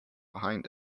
behind